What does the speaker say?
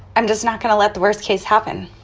i'm just not going to let the worst case happen